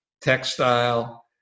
textile